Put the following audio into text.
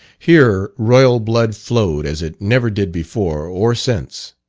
here royal blood flowed as it never did before or since.